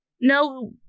no